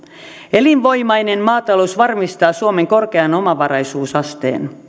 elinvoimainen maatalous varmistaa suomen korkean omavaraisuusasteen